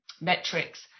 metrics